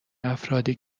افرادی